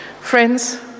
Friends